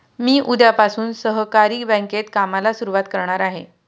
मी उद्यापासून सहकारी बँकेत कामाला सुरुवात करणार आहे